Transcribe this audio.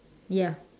ya